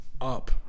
up